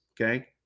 okay